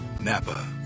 NAPA